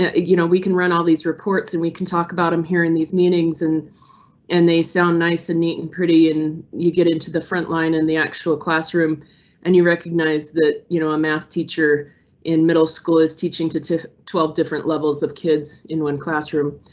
ah you know, we can run all these reports and we can talk about um here in these meetings and and they sound nice and neat and pretty and you get into the frontline in the actual classroom and you recognize that you know a math teacher in middle school is teaching to to twelve different levels of kids. in one classroom,